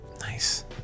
Nice